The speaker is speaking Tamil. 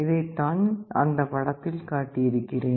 இதைத்தான் அந்த படத்தில் காட்டியிருக்கிறேன்